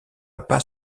pas